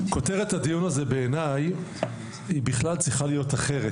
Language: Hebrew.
כותרת הדיון הזה בעיניי היא בכלל צריכה להיות אחרת,